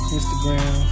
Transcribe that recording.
Instagram